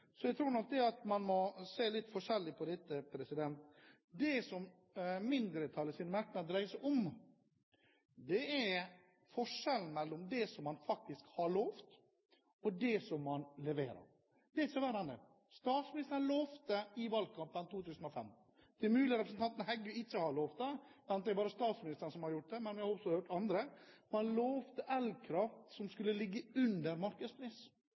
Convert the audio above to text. Så jeg tror nok at man må se litt forskjellig på dette. Det som mindretallets merknad dreier seg om, er forskjellen mellom det man har lovet, og det som man leverer. Det er ikke verre enn det. Statsministeren lovte i valgkampen 2005. Det er mulig representanten Heggø ikke har lovet det, og at det bare er statsministeren som har gjort det – men jeg har også hørt andre – man lovte elkraft som skulle ligge under markedspris.